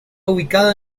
ubicada